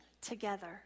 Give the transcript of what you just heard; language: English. together